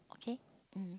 okay um